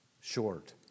short